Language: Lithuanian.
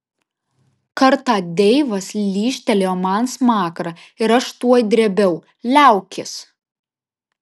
kartą deivas lyžtelėjo man smakrą ir aš tuoj drėbiau liaukis